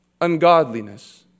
Ungodliness